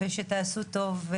ושתעשו טוב.